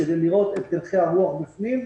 כדי לראות את הלכי הרוח בפנים.